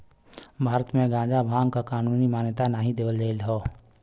भारत में गांजा भांग क कानूनी मान्यता नाही देवल गयल हौ